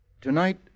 Tonight